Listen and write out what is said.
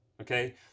okay